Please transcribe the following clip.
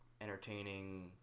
entertaining